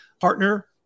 partner